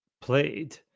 played